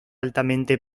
altamente